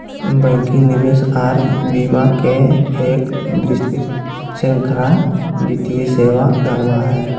banking, निवेश आर बीमा के एक विस्तृत श्रृंखला वित्तीय सेवा कहलावय हय